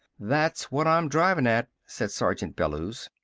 that's what i'm drivin' at, said sergeant bellews.